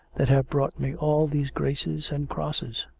that have brought me all these graces and crosses.